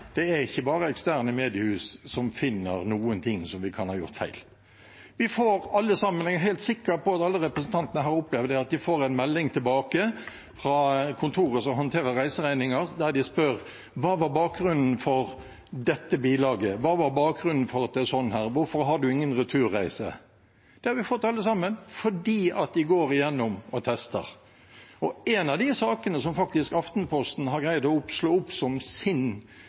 det er ikke bare eksterne mediehus som finner noen ting som vi kan ha gjort feil. Jeg er helt sikker på at alle representantene har opplevd at de får en melding tilbake fra kontoret som håndterer reiseregninger, der de spør: Hva var bakgrunnen for dette bilaget? Hva var bakgrunnen for at det var sånn her? Hvorfor har du ingen returreise? Det har vi fått alle sammen, fordi de går gjennom og tester. En av de sakene som Aftenposten greide å slå opp som